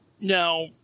now